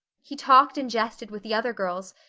he talked and jested with the other girls,